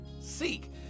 seek